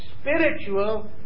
spiritual